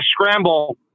scramble